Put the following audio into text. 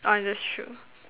ah that's true